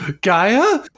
Gaia